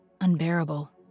Unbearable